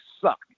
suck